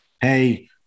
Hey